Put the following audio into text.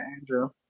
Andrew